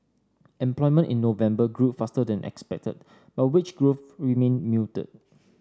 employment in November grew faster than expected but wage growth remained muted